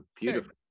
beautiful